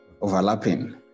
overlapping